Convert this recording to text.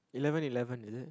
eleven eleven is it